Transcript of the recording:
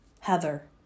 Heather